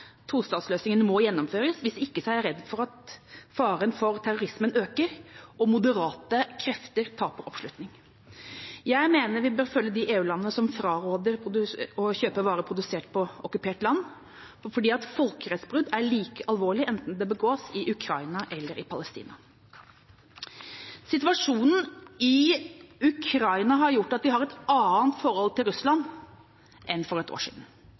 Tostatsløsninga må gjennomføres, hvis ikke er jeg redd for at faren for terrorisme øker, og at moderate krefter taper oppslutning. Jeg mener vi bør følge de EU-landene som fraråder å kjøpe varer produsert i okkupert land, for folkerettsbrudd er like alvorlige enten de begås i Ukraina, eller de begås i Palestina. Situasjonen i Ukraina har gjort at vi har et annet forhold til Russland enn for ett år siden.